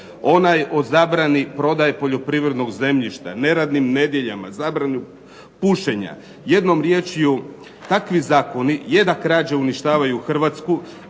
onaj o zabrani prodaje poljoprivrednog zemljišta, neradnim nedjeljama, zabranu pušenja, jednom riječju takvi zakoni, …/Govornik se ne razumije./… uništavaju Hrvatsku,